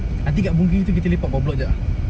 nanti dekat boon keng tu kita lepak bawah blok jap ah